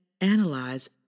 analyze